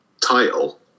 title